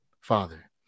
Father